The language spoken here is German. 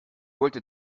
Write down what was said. wollte